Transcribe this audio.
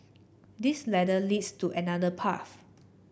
this ladder leads to another path